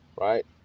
Right